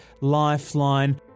Lifeline